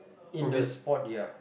in the sport ya